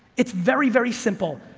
it's very, very simple,